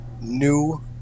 new